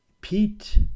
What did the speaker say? Pete